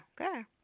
Okay